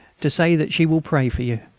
to say that she will pray for you.